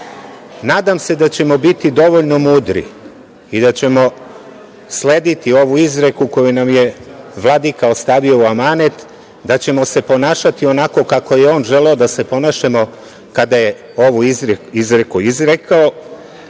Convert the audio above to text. Nadam se da ćemo biti dovoljno mudri i da ćemo slediti ovu izreku koju nam je Vladika ostavio u amanete da ćemo se ponašati onako je on želeo da se ponašamo kada je ovu izreku izrekao.